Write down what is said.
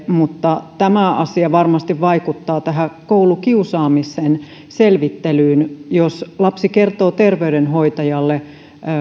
tämä asia varmasti vaikuttaa koulukiusaamisen selvittelyyn jos lapsi kertoo terveydenhoitajalle